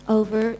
over